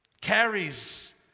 carries